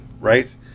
right